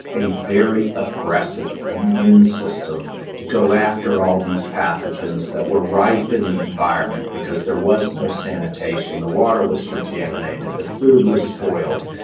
a very aggressive immune system to go after all of these pathogens that were rife in the environment because there was no sanitation. the water was contaminated, the food was spoiled,